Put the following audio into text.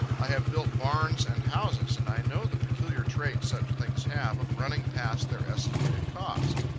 i have built barns and houses, and i know the peculiar trait such things have of running past their estimated cost.